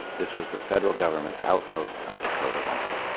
this was the federal government's outpost on dakota land,